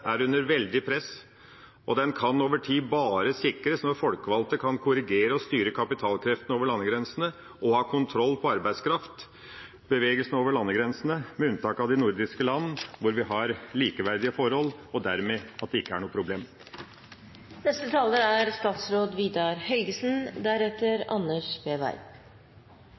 kan over tid bare sikres når folkevalgte kan korrigere og styre kapitalkreftene over landegrensene og ha kontroll på arbeidskraftbevegelsene over landegrensene, med unntak av de nordiske land, hvor vi har likeverdige forhold og det dermed ikke er noe